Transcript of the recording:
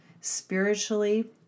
spiritually